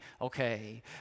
okay